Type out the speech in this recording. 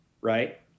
Right